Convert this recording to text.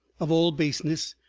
of all baseness,